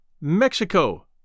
Mexico